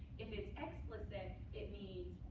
if it's explicit it means,